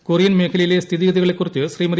Korean മേഖലയിലെ സ്ഥിതിഗതികളെക്കുറിച്ച് ശ്രീമതി